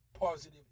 positive